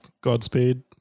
godspeed